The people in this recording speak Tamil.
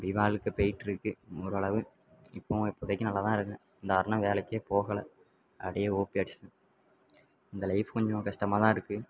அப்படி வாழ்க்க போய்கிட்ருக்கு ஓரளவு இப்பவும் இப்போதைக்கு நல்லாதான் இருக்கேன் இந்த வாரமெல்லாம் வேலைக்கே போகலை அப்படியே ஓபி அடிச்சுட்டு இந்த லைஃப் கொஞ்சம் கஷ்டமாகதான் இருக்குது